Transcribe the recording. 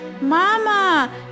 Mama